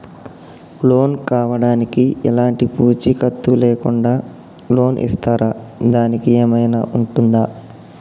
Loan కావడానికి ఎలాంటి పూచీకత్తు లేకుండా లోన్ ఇస్తారా దానికి ఏమైనా ఉంటుందా?